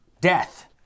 death